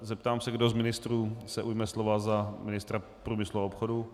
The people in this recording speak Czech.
Zeptám se, kdo z ministrů se ujme slova za ministra průmyslu a obchodu.